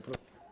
Proszę.